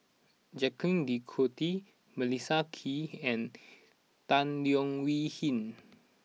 Jacques De Coutre Melissa Kwee and Tan Leo Wee Hin